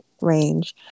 range